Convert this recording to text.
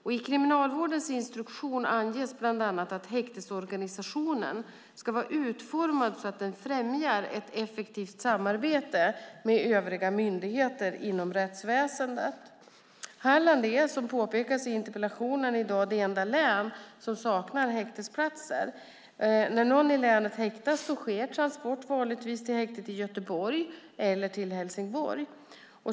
I Kriminalvårdens instruktion anges bland annat att häktesorganisationen ska vara utformad så att den främjar ett effektivt samarbete med övriga myndigheter inom rättsväsendet. Halland är, som påpekas i interpellationen, i dag det enda län som saknar häktesplatser. När någon i länet häktas sker transport vanligtvis till häktet i Göteborg eller till Helsingborg.